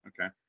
Okay